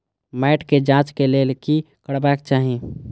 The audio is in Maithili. मैट के जांच के लेल कि करबाक चाही?